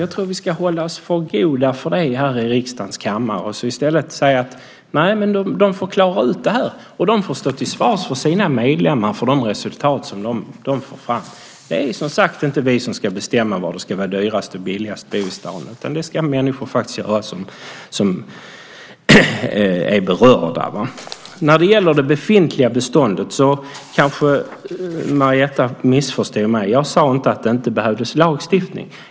Jag tror att vi ska hålla oss för goda för det här i riksdagens kammare och i stället säga: De får klara ut det här och stå till svars inför sina medlemmar för de resultat som de får fram. Det är inte vi som ska bestämma var det ska vara dyrast eller billigast att bo, utan det ska de människor göra som är berörda. När det gäller det befintliga beståndet kanske Marietta missförstod mig. Jag sade inte att det inte behövdes lagstiftning.